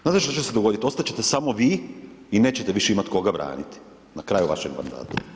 Znate što će se dogoditi, ostati ćete samo vi i nećete više imati koga braniti, na kraju vašega mandata.